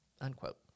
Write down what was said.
unquote